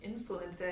influences